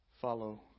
follow